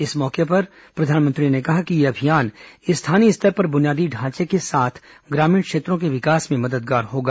इस अवसर पर प्रधानमंत्री ने कहा कि यह अभियान स्थानीय स्तर पर बुनियादी ढांचे के साथ ग्रामीण क्षेत्रों के विकास में मददगार होगा